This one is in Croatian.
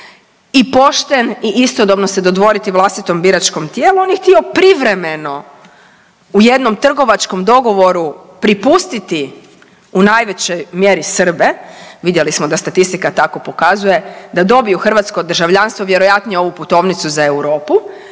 i pošten i istodobno se dodvoriti vlastitom biračkom tijelu, on je htio privremeno u jednom trgovačkom dogovoru pripustiti u najvećoj mjeri Srbe, vidjeli smo da statistika tako pokazuje, da dobiju hrvatsko državljanstvo, vjerojatnije ovu putovnicu za Europu